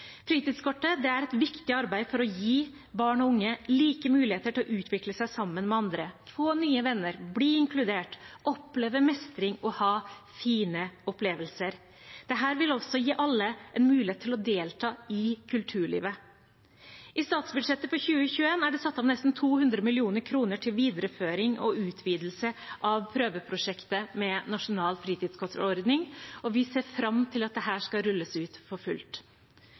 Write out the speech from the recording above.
Fritidskortet er et viktig arbeid for å gi barn og unge like muligheter til å utvikle seg sammen med andre, få nye venner, bli inkludert, oppleve mestring og ha fine opplevelser. Dette vil også gi alle en mulighet til å delta i kulturlivet. I statsbudsjettet for 2021 er det satt av nesten 200 mill. kr til videreføring og utvidelse av prøveprosjektet med nasjonal fritidskortordning, og vi ser fram til at dette skal rulles ut for fullt.